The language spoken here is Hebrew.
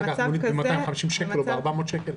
הוא צריך להזמין מונית ב-250 שקלים או ב-400 שקלים?